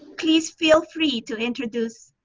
please feel free to introduce